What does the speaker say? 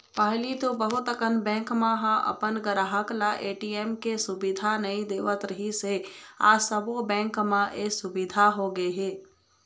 पहिली तो बहुत अकन बेंक मन ह अपन गराहक ल ए.टी.एम के सुबिधा नइ देवत रिहिस हे आज सबो बेंक म ए सुबिधा होगे हे